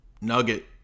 nugget